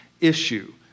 issue